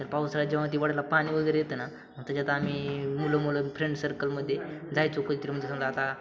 तर पावसाळ्यात जेव्हा ती ओढ्याला पाणी वगैरे येतं ना त्याच्यात आम्ही मुलं मुलं फ्रेंड सर्कलमध्ये जायचो काहीतरी म्हणजे समजा आता